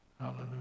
Hallelujah